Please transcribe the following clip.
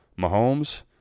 Mahomes